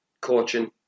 coaching